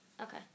okay